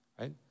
right